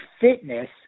fitness